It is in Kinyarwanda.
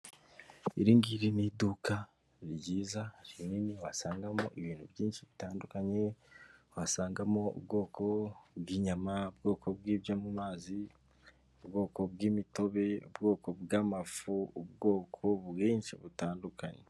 Iringiri ni iduka ryiza, rinini, wasangamo ibintu byinshi bitandukanye, wasangamo ubwoko bw'inyama, ubwoko bw'ibyo mu mazi, ubwoko bw'imitobe, ubwoko bw'amafu, ubwoko bwinshi butandukanye.